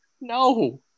No